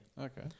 Okay